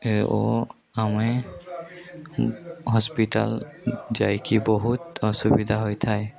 ଓ ଆମେ ହସ୍ପିଟାଲ ଯାଇକି ବହୁତ ଅସୁବିଧା ହୋଇଥାଏ